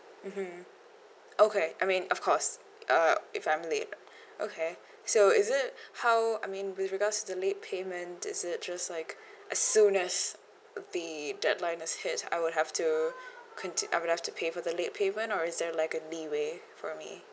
mmhmm okay I mean of course uh if I'm late okay so is it how I mean with regards to late payment is it just like as soon as the deadline is hit I would have to conti~ I would have to pay for the late payment or is there like a leeway for me